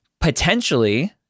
potentially